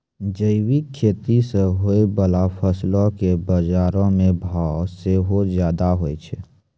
जैविक खेती से होय बाला फसलो के बजारो मे भाव सेहो ज्यादा होय छै